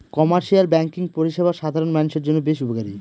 commercial banking পরিষেবা সাধারণ মানুষের জন্য বেশ উপকারী